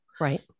Right